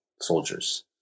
soldiers